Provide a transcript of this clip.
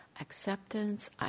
acceptance